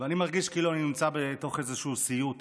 ואני מרגיש כאילו אני נמצא בתוך איזשהו סיוט,